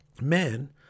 men